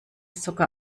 sogar